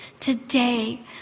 Today